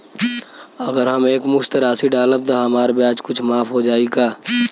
अगर हम एक मुस्त राशी डालब त हमार ब्याज कुछ माफ हो जायी का?